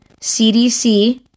CDC